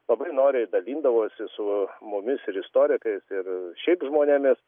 labai noriai dalindavosi su mumis ir istorikais ir šiaip žmonėmis